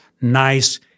nice